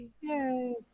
Yay